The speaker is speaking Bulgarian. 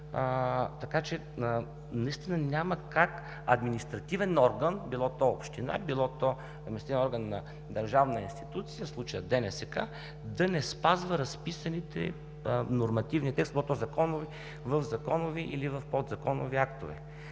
ал. 1. Наистина няма как административен орган – било община, било орган на държавна институция, в случая ДНСК, да не спазва разписаните нормативни текстове в законови или в подзаконови актове.